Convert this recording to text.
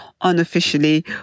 unofficially